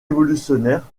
révolutionnaires